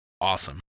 awesome